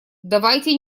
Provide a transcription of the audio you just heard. давайте